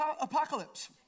apocalypse